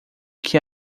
que